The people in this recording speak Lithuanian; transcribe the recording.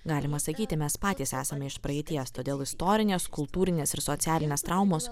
galima sakyti mes patys esam iš praeities todėl istorinės kultūrinės ir socialinės traumos